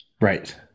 Right